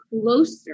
closer